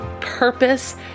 purpose